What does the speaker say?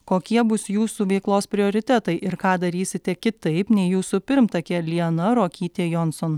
kokie bus jūsų veiklos prioritetai ir ką darysite kitaip nei jūsų pirmtakė liana ruokytė jonson